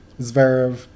Zverev